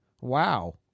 Wow